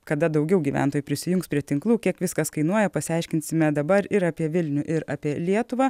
kada daugiau gyventojų prisijungs prie tinklų kiek viskas kainuoja pasiaiškinsime dabar ir apie vilnių ir apie lietuvą